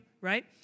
right